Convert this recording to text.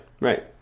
right